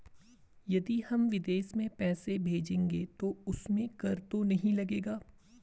यदि हम विदेश में पैसे भेजेंगे तो उसमें कर तो नहीं लगेगा?